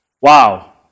wow